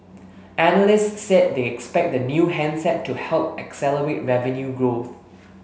analysts said they expect the new handset to help accelerate revenue growth